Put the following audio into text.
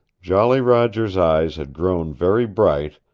jolly roger's eyes had grown very bright,